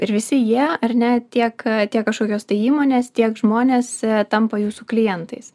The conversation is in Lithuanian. ir visi jie ar ne tiek tiek kažkokios tai įmonės tiek žmonės tampa jūsų klientais